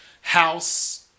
house